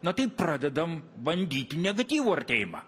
na tai pradedam bandyt negatyvų artėjimą